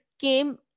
came